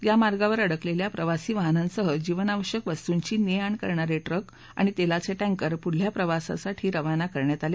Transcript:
या मार्गावर अडकलेल्या प्रवासी वाहनांसह जीवनावश्यक वस्तूंची ने आण करणारे ट्रक आणि तेलाचे टॅंकर पुढच्या प्रवासासाठी रवाना करण्यात आले